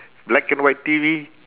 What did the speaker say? black and white T_V